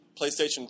PlayStation